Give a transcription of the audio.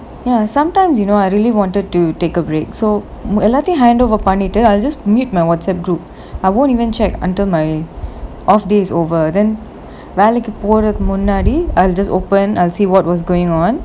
ya sometimes you know I really wanted to take a break so எல்லாத்தையும்:ellaathayum handover பண்ணிட்டு:pannittu I just mute my WhatsApp group I won't even check until my off day is over then வேளைக்கு போறதுக்கு முன்னாடி:velaikku porathuku munnaadi I'll just open as see what was going on